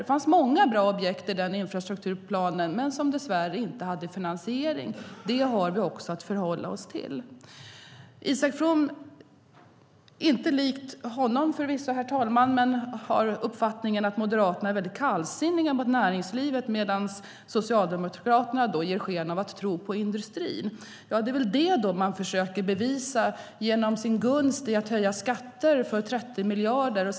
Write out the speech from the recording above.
Det fanns många bra objekt i den infrastrukturplanen som dess värre inte hade finansiering. Det har vi också att förhålla oss till. Isak From har - förvisso inte likt honom, herr talman - uppfattningen att Moderaterna är väldigt kallsinniga gentemot näringslivet. Socialdemokraterna ger sken av att tro på industrin. Är det denna gunst man försöker bevisa genom att höja skatter med 30 miljarder?